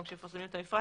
גם כשמפרסמים את המפרט,